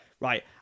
right